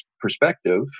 perspective